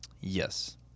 Yes